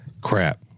crap